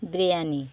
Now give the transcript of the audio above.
biryani